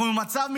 אנחנו במצב מלחמה,